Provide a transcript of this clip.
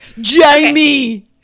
Jamie